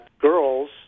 girls